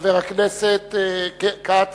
חבר הכנסת כץ,